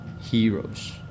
heroes